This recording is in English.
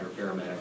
paramedic